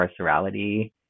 carcerality